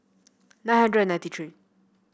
nine hundred and ninety three